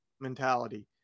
mentality